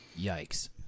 Yikes